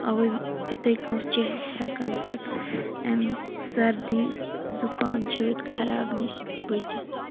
اَوَے یِتھَے کٔنۍ چھِ أسۍ ہٮ۪کان پَتہٕ اَمہِ سردی زُکام چھٲتۍ خراب نِش بٔچِتھ